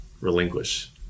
relinquish